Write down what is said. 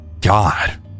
God